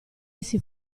essi